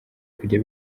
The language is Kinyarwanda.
kujya